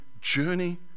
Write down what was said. journey